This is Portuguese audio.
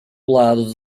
lado